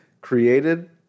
created